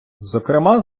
зокрема